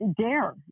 dare